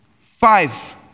five